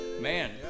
Man